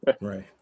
Right